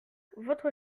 votre